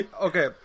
okay